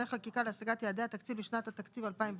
חקיקה להשגת יעדי התקציב לשנת התקציב 2019),